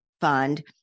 fund